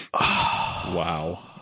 Wow